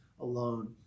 alone